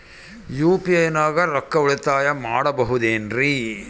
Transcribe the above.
UPI ನಾಗ ನಾನು ರೊಕ್ಕ ಉಳಿತಾಯ ಮಾಡಬಹುದೇನ್ರಿ?